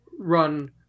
run